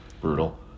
brutal